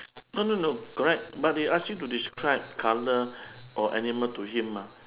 no no no correct but they ask you to describe colour or animal to him mah